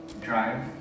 Drive